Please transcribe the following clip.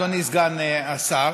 אדוני סגן השר,